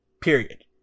period